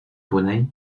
brunei